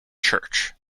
church